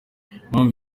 impamvu